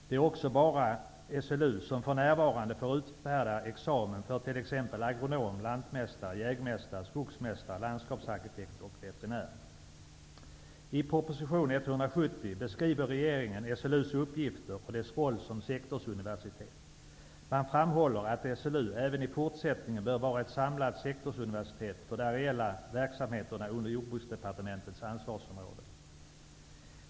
Det är också bara Lantbruksuniversitetet som för närvarande får utfärda examen för t.ex. lantmästare, agronom, jägmästare, skogsmästare, landskapsarkitekt och veterinär. I proposition 170 beskriver regeringen Sveriges lantbruksuniversitets uppgifter och dess roll som sektorsuniversitet. Man framhåller att SLU även i fortsättningen bör vara ett samlat sektorsuniversitet för de areella verksamheterna under Jordbruksdepartementets ansvarsområde.